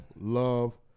love